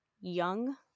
young